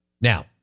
Now